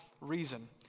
reason